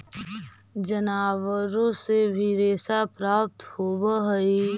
जनावारो से भी रेशा प्राप्त होवऽ हई